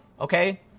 Okay